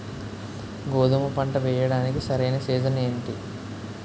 గోధుమపంట వేయడానికి సరైన సీజన్ ఏంటి?